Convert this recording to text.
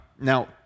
Now